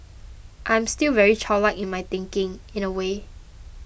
I'm still very childlike in my thinking in a way